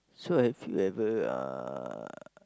so have you ever uh